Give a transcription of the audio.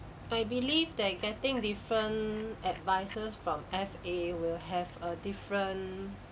I believe that getting different advisors from F_A will have a different